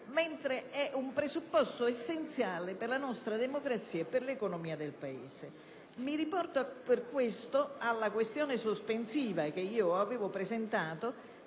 mentre essa è un presupposto essenziale per la nostra democrazia e per l'economia del Paese. Mi riporto per questo alla questione sospensiva da me presentata,